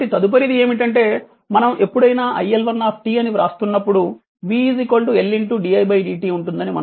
కాబట్టి తదుపరిది ఏమిటంటే మనం ఎప్పుడైనా iL1 అని వ్రాస్తున్నప్పుడు v L di dt ఉంటుందని మనకు తెలుసు